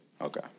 Okay